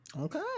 Okay